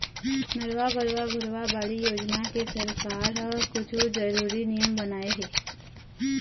नरूवा, गरूवा, घुरूवा, बाड़ी योजना के सरकार ह कुछु जरुरी नियम बनाए हे